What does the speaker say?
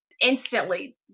instantly